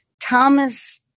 Thomas